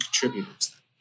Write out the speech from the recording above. contributors